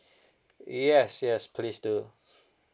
yes yes please do